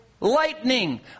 lightning